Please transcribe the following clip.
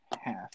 half